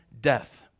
death